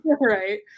right